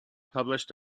published